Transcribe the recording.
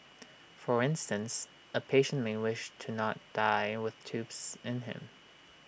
for instance A patient may wish to not die with tubes in him